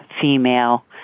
female